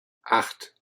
acht